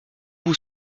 vous